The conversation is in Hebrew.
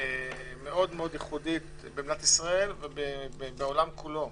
מאוד ייחודית במדינת ישראל ובעולם כולו.